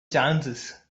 chances